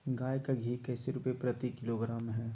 गाय का घी कैसे रुपए प्रति किलोग्राम है?